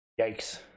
Yikes